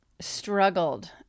struggled